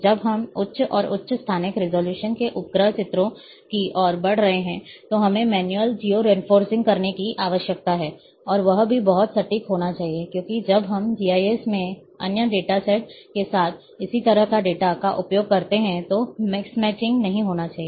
जब हम उच्च और उच्च स्थानिक रिज़ॉल्यूशन के उपग्रह चित्रों की ओर बढ़ रहे हैं तो हमें मैन्युअल जियो रेफ़रिंग करने की आवश्यकता है और वह भी बहुत सटीक होनी चाहिए क्योंकि जब हम जीआईएस में अन्य डेटा सेट के साथ इस तरह के डेटा का उपयोग करते हैं तो यह मिसमैचिंग नहीं होनी चाहिए